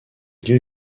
lieux